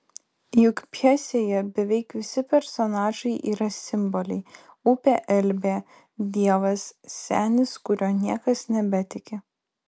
juk pjesėje beveik visi personažai yra simboliai upė elbė dievas senis kuriuo niekas nebetiki